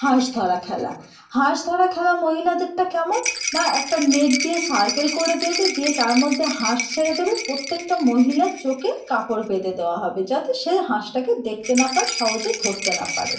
হাঁস ধরা খেলা হাঁস ধরা খেলা মহিলাদেরটা কেমন না একটা নেট দিয়ে সার্কেল করে দেবে দিয়ে তার মধ্যে হাঁস ছেড়ে দেবে প্রত্যেকটা মহিলার চোখে কাপড় বেঁধে দেওয়া হবে যাতে সে হাঁসটাকে দেখতে না পায় সহজেই ধরতে না পারে